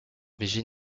virgin